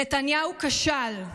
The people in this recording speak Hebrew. נתניהו כשל.